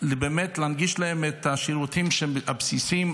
להנגיש להם את השירותים הבסיסיים,